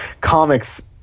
comics